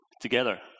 together